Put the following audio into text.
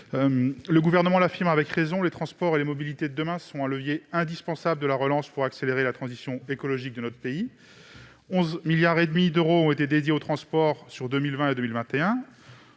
Le Gouvernement l'affirme avec raison, les transports et les mobilités de demain sont un levier indispensable de la relance pour accélérer la transition écologique de notre pays. On peut se réjouir que 11,5 milliards d'euros aient été dédiés aux transports en 2020 et 2021,